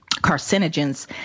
carcinogens